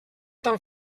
tan